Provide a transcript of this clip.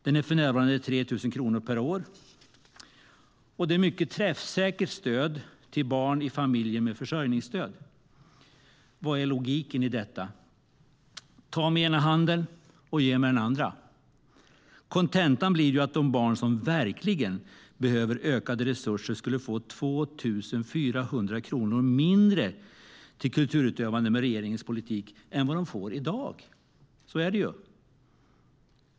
Den är för närvarande på 3 000 kronor per år, och det är ett mycket träffsäkert stöd till barn i familjer med försörjningsstöd. Vad är logiken i att ta med ena handen och ge med den andra? Kontentan blir ju att de barn som verkligen behöver ökade resurser skulle få 2 400 kronor mindre till kulturutövande med regeringens politik än vad de får i dag. Så är det ju.